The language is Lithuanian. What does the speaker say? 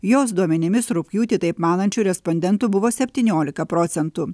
jos duomenimis rugpjūtį taip manančių respondentų buvo septyniolika procentų